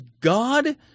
God